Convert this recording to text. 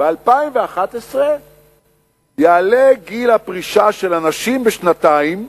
ב-2011 יעלה גיל הפרישה של הנשים בשנתיים.